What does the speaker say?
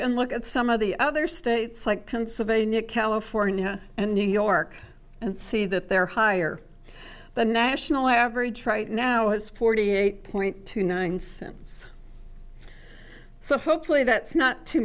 can look at some of the other states like pennsylvania california and new york and see that their higher the national average right now is forty eight point two nine cents so hopefully that's not too